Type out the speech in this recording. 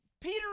Peter